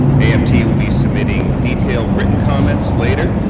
aft will be submitting detailed written comments later.